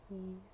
mm